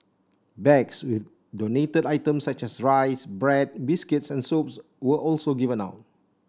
bags with donated items such as rice bread biscuits and soaps were also given out